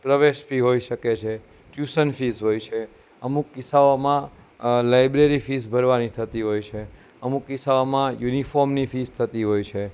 પ્રવેશ ફીઝ હોય શકે છે ટ્યુશન ફી હોય છે અમુક કિસ્સાઓમાં લાઇબ્રેરી ફીઝ ભરવાની થતી હોય છે અમુક કિસ્સાઓમાં યુનિફોર્મની ફીઝ થતી હોય છે